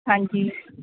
ਹਾਂਜੀ